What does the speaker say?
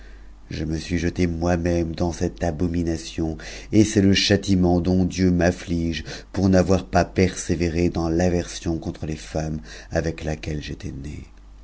je me suis jeté moi-même dans cette abomination et c'est le châtiment dont dieu m'anige pour n'avoir pas persévéré dans l'aversion contre les femmes avec laquelle j'étais né